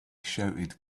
shouted